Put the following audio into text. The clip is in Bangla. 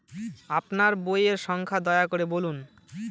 আপনার বইয়ের সংখ্যা দয়া করে বলুন?